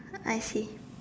I see